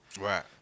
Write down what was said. right